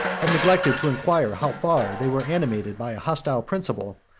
have neglected to inquire how far they were animated by a hostile principle,